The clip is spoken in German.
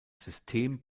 system